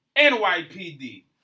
NYPD